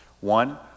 One